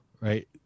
right